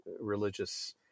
religious